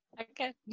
Okay